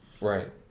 Right